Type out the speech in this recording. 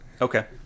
okay